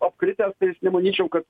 apkritęs tai aš nemanyčiau kad